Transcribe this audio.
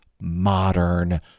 modern